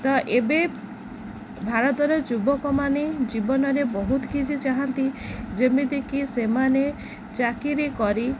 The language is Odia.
ତ ଏବେ ଭାରତର ଯୁବକମାନେ ଜୀବନରେ ବହୁତ କିଛି ଚାହାନ୍ତି ଯେମିତିକି ସେମାନେ ଚାକିରୀ କରି